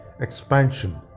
expansion